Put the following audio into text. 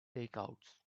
takeouts